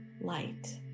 light